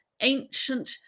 ancient